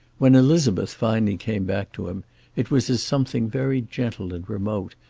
when elizabeth finally came back to him it was as something very gentle and remote,